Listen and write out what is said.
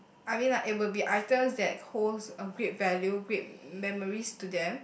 I mean like it will be items that holds a great value great memories to them